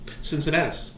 Cincinnati